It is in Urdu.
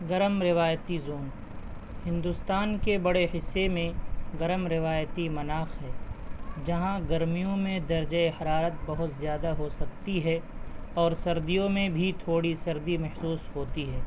گرم روایتی زون ہندوستان کے بڑے حصے میں گرم روایتی مناخ ہے جہاں گرمیوں میں درجہ حرارت بہت زیادہ ہو سکتی ہے اور سردیوں میں بھی تھوڑی سردی محسوس ہوتی ہے